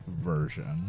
version